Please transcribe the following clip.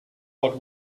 but